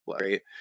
right